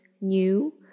new